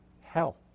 hell